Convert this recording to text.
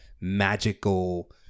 magical